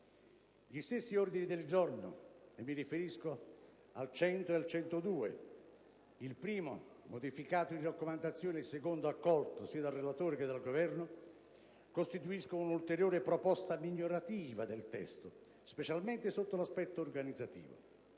Gli stessi ordini del giorno - mi riferisco al G100 e al G102: il primo modificato in raccomandazione, il secondo accolto sia dal relatore che dal Governo - costituiscono un'ulteriore proposta migliorativa del testo, specialmente sotto l'aspetto organizzativo.